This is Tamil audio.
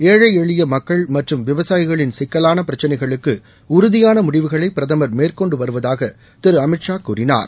ஏழை எளிய மக்கள் மற்றும் விவசாயிகளின் சிக்கலான பிரச்சினைகளுக்கு உறுதியான முடிவுகளை பிரதமர் மேற்கொண்டு வருவதாக திரு அமீத்ஷா கூறினார்